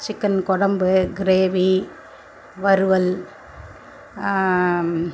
chicken குழம்பு gravy வறுவல்